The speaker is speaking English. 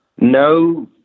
No